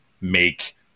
make